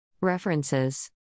References